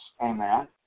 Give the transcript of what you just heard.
Amen